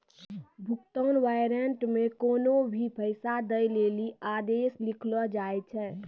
भुगतान वारन्ट मे कोन्हो भी पैसा दै लेली आदेश लिखलो जाय छै